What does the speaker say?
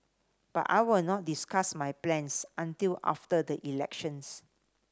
but I will not discuss my plans until after the elections